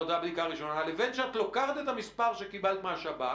לבין שאת לוקחת את המספר שקיבלת מהשב"כ